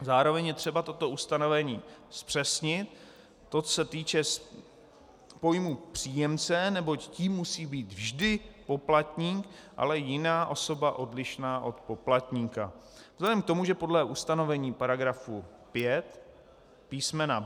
Zároveň je třeba toto ustanovení zpřesnit, co se týče pojmu příjemce, neboť tím musí být vždy poplatník, ale i jiná osoba odlišná od poplatníka, vzhledem k tomu, že podle ustanovení § 5 písm.